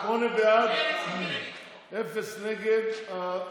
שמונה בעד, אפס נגד.